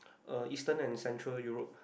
uh eastern and central Europe